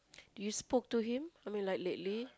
you spoke to him I mean like lately